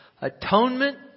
atonement